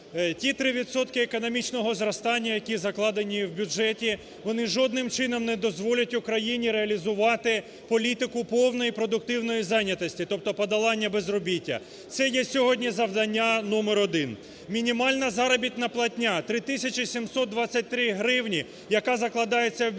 економічного зростання, які закладені в бюджеті, вони жодним чином не дозволять Україні реалізувати політику повної продуктивної зайнятості, тобто, подолання безробіття - це є сьогодні завдання номер один. Мінімальна заробітна платня в 3723 гривні, яка закладається в бюджеті,